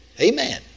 Amen